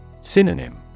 Synonym